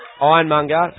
Ironmonger